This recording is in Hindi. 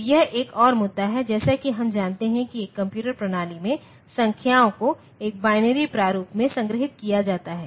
तो यह एक और मुद्दा है और जैसा कि हम जानते हैं कि एक कंप्यूटर प्रणाली में संख्याओं को एक बाइनरी प्रारूप में संग्रहीत किया जाता है